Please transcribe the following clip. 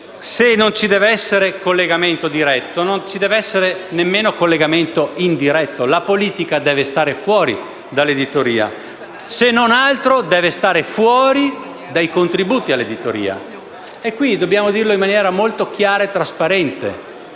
non ci deve essere collegamento diretto, non ci deve essere nemmeno collegamento indiretto. La politica deve stare fuori dall'editoria, se non altro deve star fuori dai contributi all'editoria e in questa sede dobbiamo dire in maniera chiara e trasparente